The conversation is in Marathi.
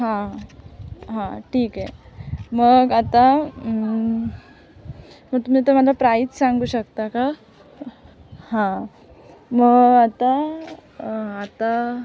हां हां ठीक आहे मग आता मग तुम्ही आता मला प्राइस सांगू शकता का हां मग आता आता